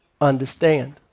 understand